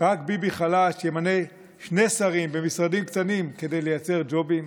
רק ביבי חלש ימנה שני שרים במשרדים קטנים כדי לייצר ג'ובים,